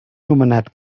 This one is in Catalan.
nomenat